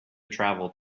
travel